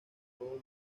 todo